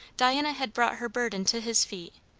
diana had brought her burden to his feet,